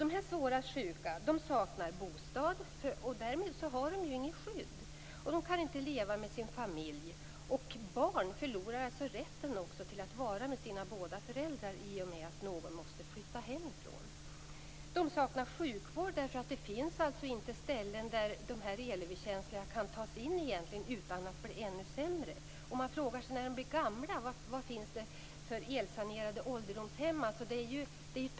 De här svårast sjuka saknar bostad, och därmed har de inget skydd. De kan inte leva med sin familj. Deras barn förlorar alltså rätten att vara med båda sina föräldrar i och med att någon av dem måste flytta hemifrån. De saknar sjukvård, eftersom det inte finns ställen där de elöverkänsliga kan tas in utan att bli ännu sämre. Och vad finns det för elsanerade ålderdomshem när de blir gamla?